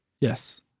Yes